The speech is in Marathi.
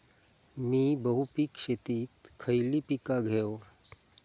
मी बहुपिक शेतीत खयली पीका घेव?